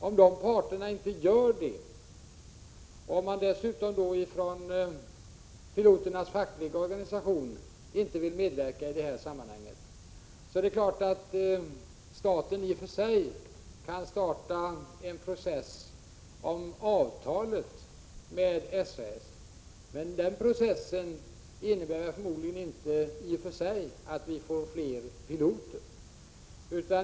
Om dessa parter inte gör det, och om man dessutom från piloternas fackliga organisation inte vill medverka i detta sammahang, är det klart att staten i och för sig kan starta en process om avtalet med SAS. Men den processen leder förmodligen inte till att det blir fler piloter.